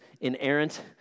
inerrant